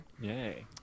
Yay